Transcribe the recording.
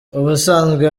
ubusanzwe